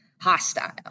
hostile